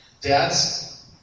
Dads